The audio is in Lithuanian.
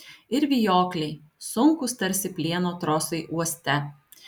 ir vijokliai sunkūs tarsi plieno trosai uoste